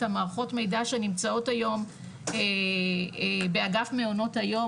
מערכות המידע שנמצאות היום באגף מעונות היום,